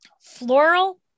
floral